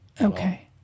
Okay